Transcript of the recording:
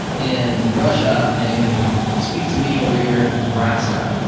in russia and it can speak to me over here in nebraska.